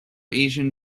asian